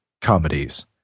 comedies